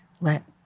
let